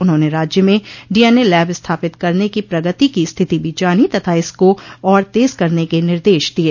उन्होंने राज्य में डीएनए लैब स्थापित करने की प्रगति की स्थिति भी जानी तथा इसको और तेज करने के निर्देश दिये